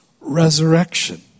resurrection